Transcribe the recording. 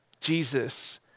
Jesus